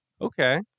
okay